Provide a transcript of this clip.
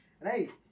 Right